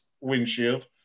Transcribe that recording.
windshield